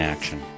Action